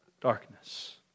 darkness